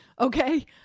Okay